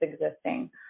existing